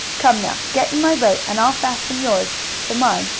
come now, get in my boat, and i'll fasten yours to mine,